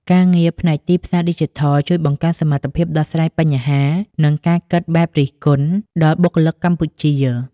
ការងារផ្នែកទីផ្សារឌីជីថលជួយបង្កើនសមត្ថភាពដោះស្រាយបញ្ហា និងការគិតបែបរិះគន់ (Critical Thinking) ដល់បុគ្គលិកកម្ពុជា។